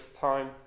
time